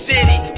City